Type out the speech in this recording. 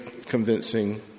convincing